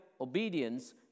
obedience